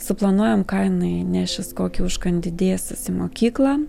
suplanuojam ką jinai nešis kokį užkandį dėsis į mokyklą